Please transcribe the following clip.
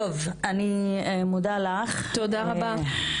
תודה רבה.